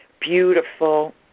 beautiful